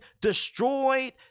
destroyed